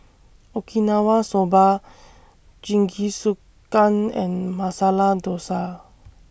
Okinawa Soba Jingisukan and Masala Dosa